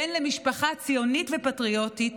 בן למשפחה ציונית ופטריוטית,